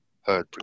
heard